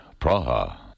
Praha